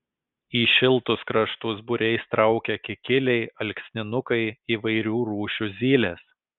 į šiltus kraštus būriais traukia kikiliai alksninukai įvairių rūšių zylės